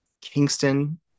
Kingston